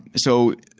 so,